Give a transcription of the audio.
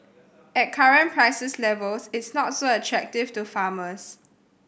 at current prices levels it's not so attractive to farmers